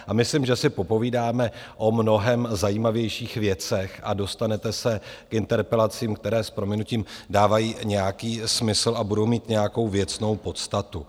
A myslím, že si popovídáme o mnohem zajímavějších věcech a dostanete se k interpelacím, které s prominutím dávají nějaký smysl a budou mít nějakou věcnou podstatu.